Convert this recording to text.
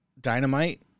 Dynamite